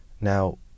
Now